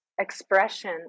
expression